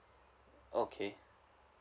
okay